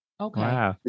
Okay